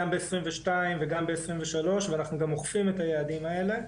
גם ב-22 וגם ב-23 ואנחנו גם אוכפים את היעדים האלה.